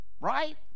right